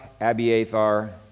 Abiathar